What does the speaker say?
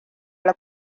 alla